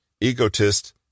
egotist